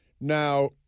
Now